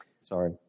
Sorry